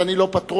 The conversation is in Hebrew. אז אני לא פטרון,